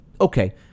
okay